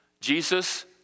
Jesus